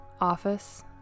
office